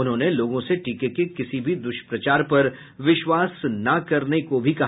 उन्होंने लोगों से टीके के किसी भी दुष्प्रचार पर विश्वास न करने को भी कहा